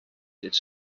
its